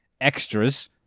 extras